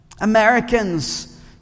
Americans